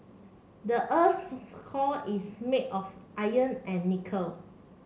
the earth's core is made of iron and nickel